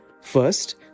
First